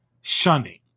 shunning